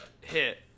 hit